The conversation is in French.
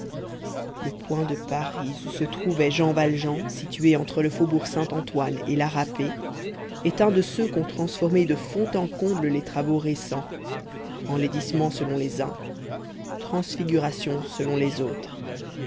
le point de paris où se trouvait jean valjean situé entre le faubourg saint-antoine et la râpée est un de ceux qu'ont transformés de fond en comble les travaux récents enlaidissements selon les uns transfiguration selon les autres